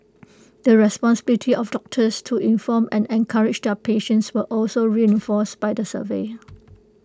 the responsibility of doctors to inform and encourage their patients were also reinforced by the survey